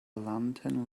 lantern